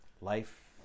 life